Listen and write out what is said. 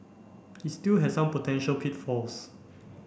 it still has some potential pitfalls